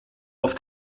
auf